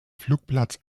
flugplatz